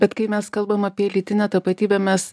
bet kai mes kalbam apie lytinę tapatybę mes